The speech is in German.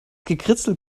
gekritzel